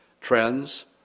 Trends